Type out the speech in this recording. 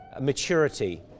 maturity